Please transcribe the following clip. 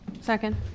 second